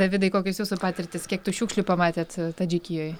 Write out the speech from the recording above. davidai kokios jūsų patirtys kiek tų šiukšlių pamatėt tadžikijoj